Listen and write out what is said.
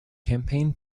campaign